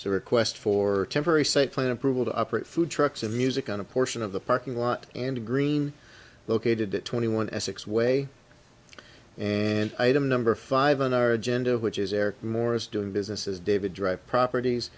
to request for temporary site plan approval to operate food trucks and music on a portion of the parking lot and green located at twenty one essex way and item number five on our agenda which is eric morris doing business as david drive properties